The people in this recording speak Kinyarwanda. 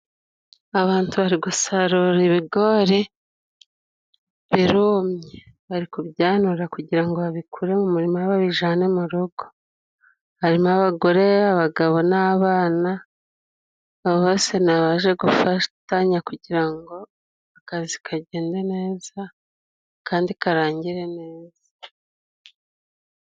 Abantu bari gusarura ibigoribirumye. Bari kubyanura kugira ngo babikure mu murima babijyanane mu rugo, harimo: abagore, abagabo n'abana. Abo bose ni baje gufatanya kugira ngo akazi kagende neza kandi karangire neza.